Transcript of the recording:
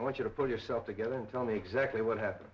i want you to pull yourself together and tell me exactly what happened